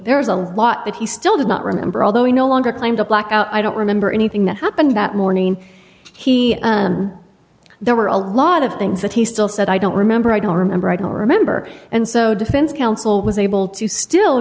there's a lot that he still did not remember although he no longer claim to blackout i don't remember anything that happened that morning he there were a lot of things that he still said i don't remember i don't remember i don't remember and so defense counsel was able to still